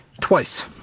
twice